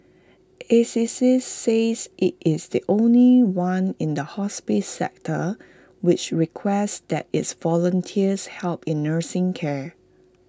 Assisi says IT is the only one in the hospice sector which requests that its volunteers help in nursing care